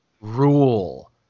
rule